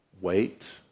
wait